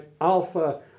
Alpha